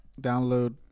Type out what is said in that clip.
download